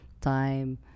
time